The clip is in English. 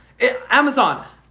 Amazon